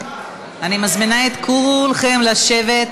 אני מזמינה את כולכם לשבת,